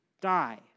die